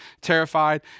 terrified